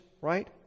right